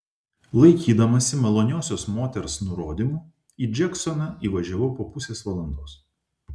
laikydamasi maloniosios moters nurodymų į džeksoną įvažiavau po pusės valandos